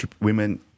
women